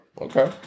Okay